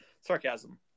Sarcasm